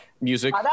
music